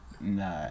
no